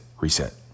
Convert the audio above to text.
reset